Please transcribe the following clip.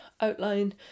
outline